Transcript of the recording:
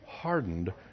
hardened